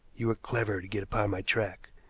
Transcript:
you were clever to get upon my track,